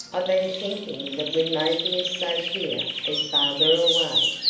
i've been thinking that we may be as safe here as farther away,